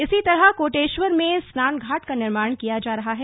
इसी तरह कोटेश्वर में स्नानघाट का निर्माण किया जा रहा है